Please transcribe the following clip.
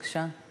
בבקשה.